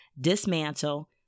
Dismantle